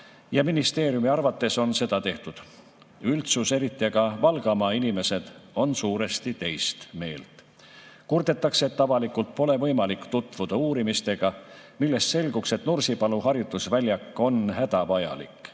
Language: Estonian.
ja ministeeriumi arvates on seda tehtud. Üldsus, eriti Valgamaa inimesed, on suuresti teist meelt. Kurdetakse, et avalikult pole võimalik tutvuda uurimistega, millest selguks, et Nursipalu harjutusväljak on hädavajalik.